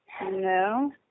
No